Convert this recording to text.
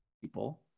people